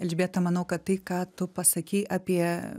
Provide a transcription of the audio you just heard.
elžbieta manau kad tai ką tu pasakei apie